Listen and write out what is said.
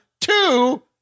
two